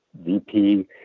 VP